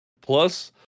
Plus